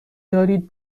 دارید